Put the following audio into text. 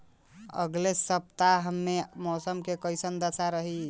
अलगे सपतआह में मौसम के कइसन दशा रही?